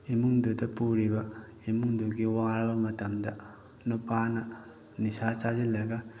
ꯏꯃꯨꯡꯗꯇ ꯄꯨꯔꯤꯕ ꯏꯃꯨꯡꯗꯨꯒꯤ ꯋꯥꯔꯕ ꯃꯇꯝꯗ ꯅꯨꯄꯥꯅ ꯅꯤꯁꯥ ꯆꯥꯁꯤꯜꯂꯒ